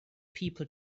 people